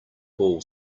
ball